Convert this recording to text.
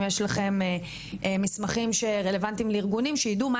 אם יש לכם מסמכים שרלוונטיים לארגונים שידעו מה